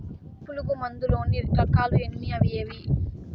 పులుగు మందు లోని రకాల ఎన్ని అవి ఏవి?